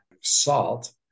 salt